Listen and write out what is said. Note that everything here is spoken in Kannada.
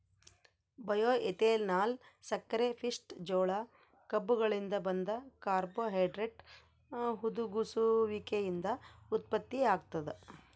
ಬಯೋಎಥೆನಾಲ್ ಸಕ್ಕರೆಪಿಷ್ಟ ಜೋಳ ಕಬ್ಬುಗಳಿಂದ ಬಂದ ಕಾರ್ಬೋಹೈಡ್ರೇಟ್ ಹುದುಗುಸುವಿಕೆಯಿಂದ ಉತ್ಪತ್ತಿಯಾಗ್ತದ